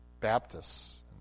Baptists